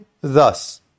thus